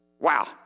Wow